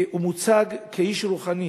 מוצג כאיש רוחני